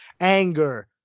Anger